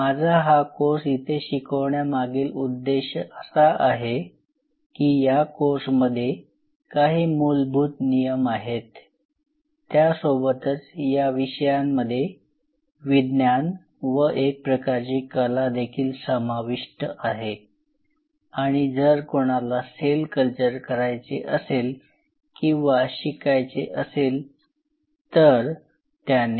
माझा हा कोर्स येथे शिकवण्यामागील उद्देश असा आहे की या कोर्स मध्ये काही मुलभूत नियम आहेत त्यासोबतच या विषयांमध्ये विज्ञान व एक प्रकारची कला देखील समाविष्ट आहे आणि जर कोणाला सेल कल्चर करायचे असेल किंवा शिकायचे असेल तर त्याने